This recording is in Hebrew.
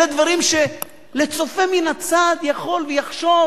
אלה דברים שהצופה מן הצד יכול לחשוב: